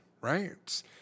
right